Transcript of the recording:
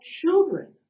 children